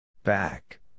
Back